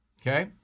okay